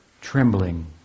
trembling